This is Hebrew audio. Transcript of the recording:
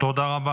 תודה רבה